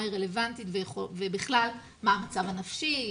היא רלוונטית ובכלל מה המצב הנפשי,